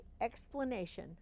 explanation